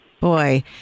Boy